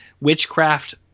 witchcraft